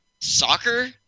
Soccer